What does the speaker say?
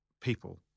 people